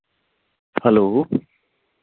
hello